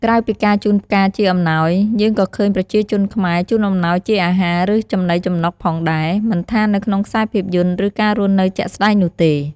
ក្រៅពីការជូនផ្កាជាអំណោយ យើងក៏ឃើញប្រជាជនខ្មែរ ជូនអំណោយជាអាហារ ឬចំណីចំនុកផងថា មិនថានៅក្នុងខ្សែភាពយន្ត ឬ ការរស់នៅជាក់ស្ដែងនោះទេ។